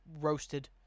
roasted